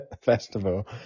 festival